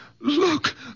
Look